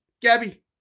Gabby